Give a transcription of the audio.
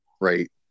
Right